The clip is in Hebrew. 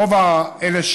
רוב האלה,